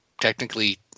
technically